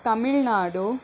Tamil Nadu